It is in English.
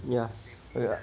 yes